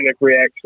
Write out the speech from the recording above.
reaction